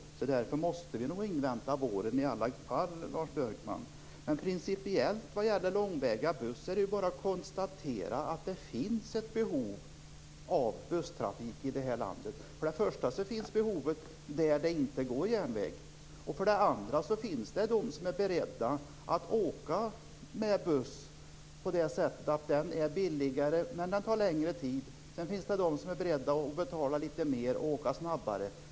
Därför måste vi nog invänta våren i alla fall. Principiellt är det bara att konstatera när det gäller långväga buss att det finns ett behov av busstrafik i det här landet. För det första finns behovet där det inte går tåg, och för det andra finns det de som är beredda att åka buss därför att det är billigare även om det tar längre tid. Det finns också de som är beredda att betala mer och åka snabbare.